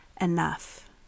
enough